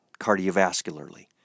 cardiovascularly